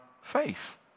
faith